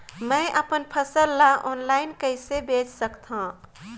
मैं अपन फसल ल ऑनलाइन कइसे बेच सकथव?